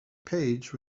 page